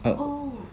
oh